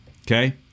Okay